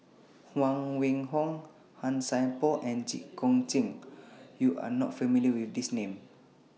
Huang Wenhong Han Sai Por and Jit Koon Ch'ng YOU Are not familiar with These Names